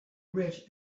rich